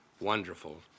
wonderful